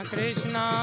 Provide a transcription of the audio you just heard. Krishna